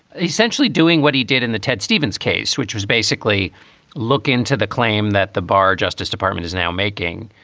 essentially doing what he did in the ted stevens case, which was basically look into the claim that the bar justice department is now making.